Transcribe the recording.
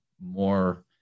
more